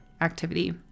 activity